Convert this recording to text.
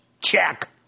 Check